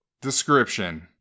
description